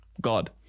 God